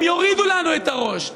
הם יורידו לנו את הראש.